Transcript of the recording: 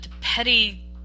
petty